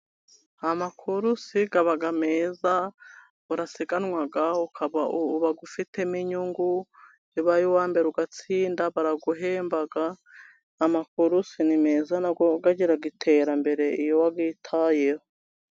Amakurusi aba meza wasiganwa ukaba ufitemo inyungu, iyo ubaye uwambere ugatsinda baraguhemba. Amakurusu ni meza nayo agira iterambere iyo wayitayeho.